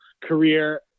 career